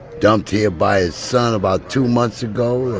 dumped here by his son about two months ago.